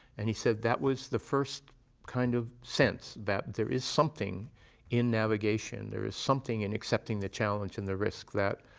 and he said that was the first kind of sense that there is something in navigation, there is something in accepting the challenge and the risk that